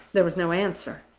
there was no answer.